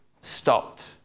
stopped